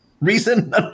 reason